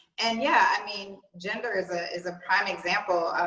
and yeah. i mean, gender is ah is a prime example.